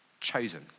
Chosen